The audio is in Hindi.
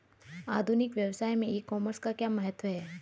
आधुनिक व्यवसाय में ई कॉमर्स का क्या महत्व है?